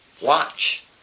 watch